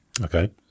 okay